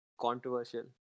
controversial